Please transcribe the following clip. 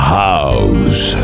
house